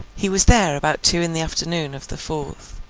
he was there about two in the afternoon of the fourth,